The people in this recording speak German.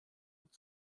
und